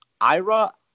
ira